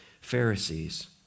Pharisees